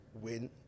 win